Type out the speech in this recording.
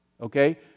Okay